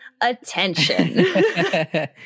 attention